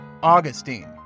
Augustine